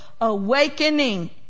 awakening